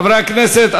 חברי כנסת,